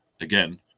again